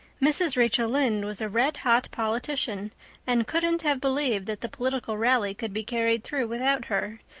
mrs. rachel lynde was a red-hot politician and couldn't have believed that the political rally could be carried through without her,